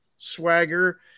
swagger